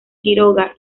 quiroga